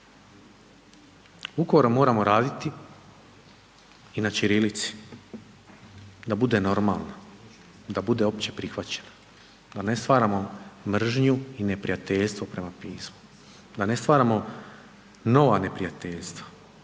moramo raditi i na ćirilici, da bude normalna, da bude opće prihvaćena, da ne stvaramo mržnju i neprijateljstvo prema pismu. Da ne stvaramo nova neprijateljstva